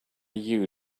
you